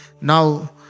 Now